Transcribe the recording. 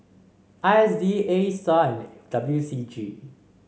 I S D A Star and W C G